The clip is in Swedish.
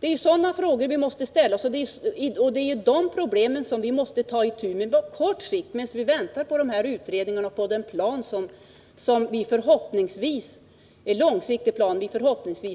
Det är sådana frågor som vi måste ställa oss, och det är de problemen som vi måste ta itu med på kort sikt — medan vi väntar på den utredning och den långsiktiga plan som vi förhoppningsvis